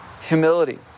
humility